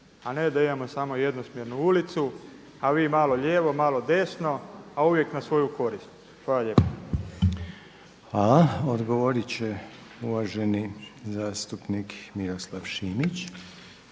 a ne da imamo samo jednosmjernu ulicu, a vi malo lijevo, malo desno, a uvijek na svoju korist. Hvala lijepo. **Reiner, Željko (HDZ)** Hvala. Odgovorit će uvaženi zastupnik Miroslav Šimić.